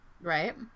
Right